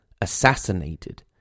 assassinated